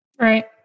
Right